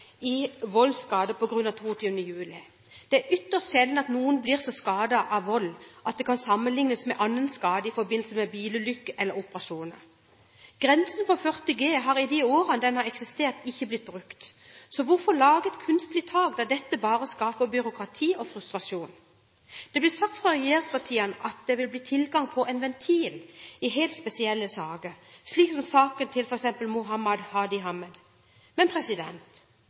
juli. Det er ytterst sjelden at noen blir så skadet av vold at det kan sammenlignes med skade i forbindelse med bilulykker eller operasjoner. Grensen på 40 G har i de årene den har eksistert, ikke blitt brukt. Så hvorfor lage et kunstig tak, da dette bare skaper byråkrati og frustrasjon? Det blir sagt fra regjeringspartiene at det vil bli tilgang på en «ventil» i helt spesielle saker, som f.eks. saken til Mohamad Hadi Hamed. Men